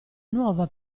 nuova